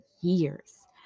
years